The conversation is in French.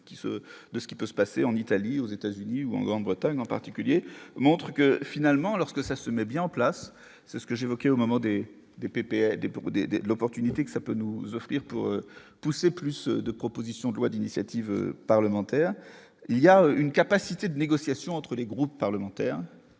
de ce qui peut se passer en Italie, aux États-Unis ou en Grande-Bretagne en particulier montre que finalement, lorsque ça se met bien en place, c'est ce que j'ai, au moment des des PPM des pour DD l'opportunité que ça peut nous offrir pour pousser plus de propositions de loi d'initiative parlementaire, il y a une capacité de négociation entre les groupes parlementaires